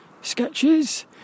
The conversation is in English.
sketches